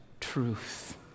truth